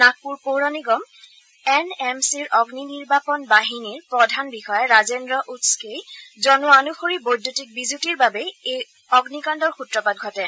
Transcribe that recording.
নাগপুৰ পৌৰ নিগম N M চিৰ অগ্নিনিৰ্বাপণ বাহিনীৰ প্ৰধান বিষয়া ৰাজেন্দ্ৰ উচ্কেই জনোৱা অনুসৰি বৈদ্যুতিক বিজুতিৰ বাবেই এই অগ্নিকাণ্ডৰ সূত্ৰপাত ঘটে